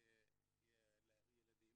יש גם תאונות למגזר,